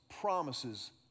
promises